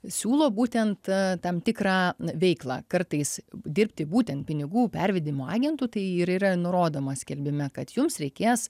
siūlo būtent tam tikrą veiklą kartais dirbti būtent pinigų pervedimo agentu tai ir yra nurodoma skelbime kad jums reikės